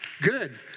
Good